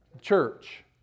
church